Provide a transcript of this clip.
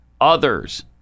others